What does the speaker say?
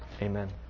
Amen